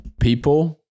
people